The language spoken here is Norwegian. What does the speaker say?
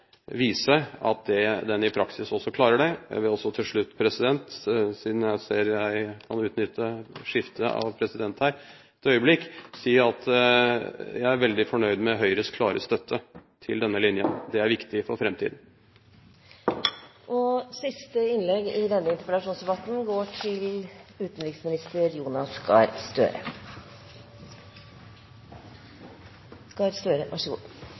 vise at den i praksis også klarer det. Til slutt: Siden jeg ser jeg kan utnytte skifte av president et øyeblikk, vil jeg si at jeg er veldig fornøyd med Høyres klare støtte til denne linjen. Det er viktig for framtiden. Også jeg vil takke for en god debatt, og